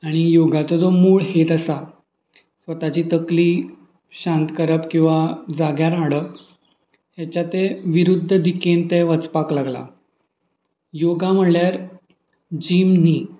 आनी योगाचो जो मूळ हेत आसा स्वताची तकली शांत करप किंवां जाग्यार हाडप हेच्या ते विरुध्द दिकेन तें वचपाक लागलां योगा म्हणल्यार जीम न्हय